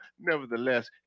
nevertheless